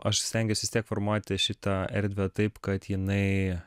aš stengiuos vis tiek formuoti šitą erdvę taip kad jinai